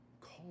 Call